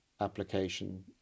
application